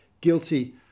guilty